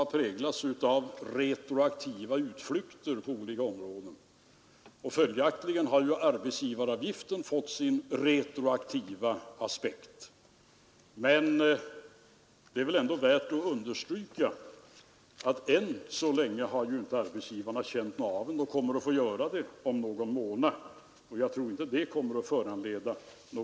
Han kan få 1,5 miljarder om han höjer arbetsgivaravgiften med 1,5 procent. Han kan också få de där pengarna om han höjer momsen med 1,5 procent. Men jag tror inte han har så mycket annat att välja på.